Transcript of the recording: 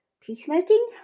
peacemaking